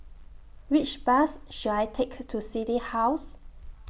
Which Bus should I Take to City House